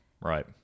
right